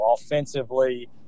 offensively